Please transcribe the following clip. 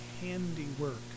handiwork